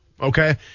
okay